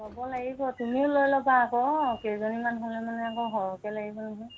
ল'ব লাগিব তুমিও লৈ ল'বা আকৌ কেইজনীমান হ'লে মানে আকৌ সৰহকৈ লাগিব নহয়